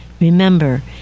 Remember